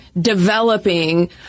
developing